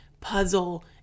puzzle